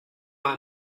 mal